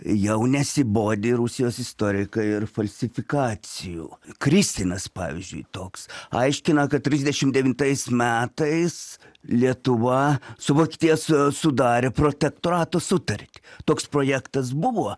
jau nesibodi rusijos istorikai ir falsifikacijų kristinas pavyzdžiui toks aiškina kad trisdešim devintais metais lietuva su vokietija sudarė protektorato sutartį toks projektas buvo